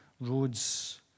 roads